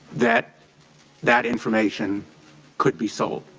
that that information could be sold.